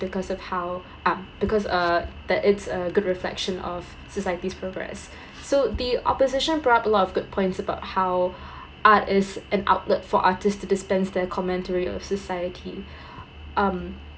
because of how uh because uh that it's a good reflection of society's progress so the opposition brought a lot of good points about how art is an outlet for artist to dispense their commentary of society um